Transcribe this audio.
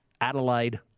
Adelaide